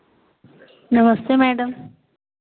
नमस्ते मैडम